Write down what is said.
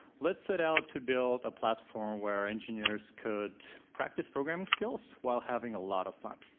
let's set out to build a platform where engineers could practice programming skills while having a lot of fun.